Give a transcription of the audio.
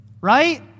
right